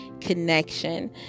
connection